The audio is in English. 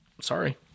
Sorry